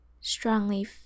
strongly